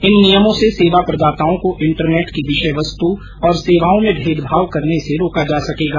इन नियमों से सेवा प्रदाताओं को इंटरनेट की विषयवस्तु और सेवाओं में भेदभाव करने से रोका जा सकेगा